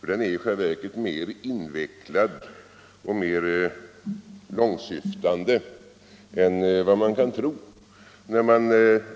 Den är i själva verket mer invecklad och mer långtsyftande än vad man kan tro, när man